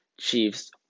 Chiefs